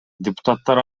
депутаттар